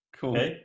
Cool